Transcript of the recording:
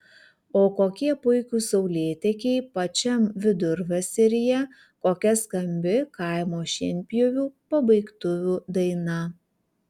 o kokie puikūs saulėtekiai pačiam vidurvasaryje kokia skambi kaimo šienpjovių pabaigtuvių daina